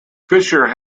fisher